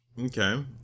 Okay